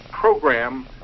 program